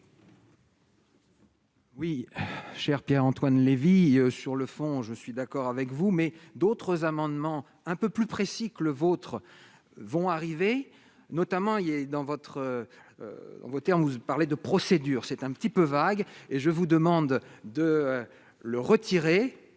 Oui, chers Pierre-Antoine Levi, sur le fond, je suis d'accord avec vous, mais d'autres amendements un peu plus précis que le vôtre, vont arriver, notamment, il y a dans votre ont voté en mousse, parler de procédure, c'est un petit peu vague et je vous demande de le retirer,